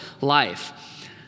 life